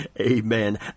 Amen